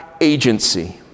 agency